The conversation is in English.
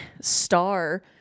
star